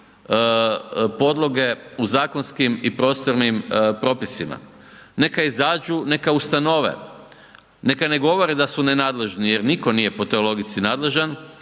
podloge u zakonskim i prostornim propisima. Neka izađu i neka ustanove, neka ne govore da su nenadležni jer niko po toj logici nadležan,